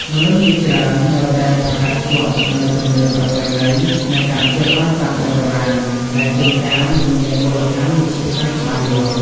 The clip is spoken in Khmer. មនុស្សជាច្រើននៅតែប្រកាន់ខ្ជាប់នូវជំនឿប្រពៃណីនិងការព្យាបាលតាមបែបបុរាណ ដែលជួនកាលមិនមានមូលដ្ឋានវិទ្យាសាស្ត្រច្បាស់លាស់។